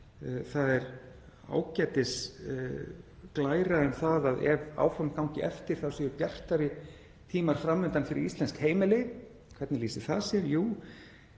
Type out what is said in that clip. Það er ágætisglæra um það að ef áform gangi eftir þá séu bjartari tímar fram undan fyrir íslensk heimili. Hvernig lýsir það sér? Jú,